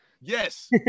Yes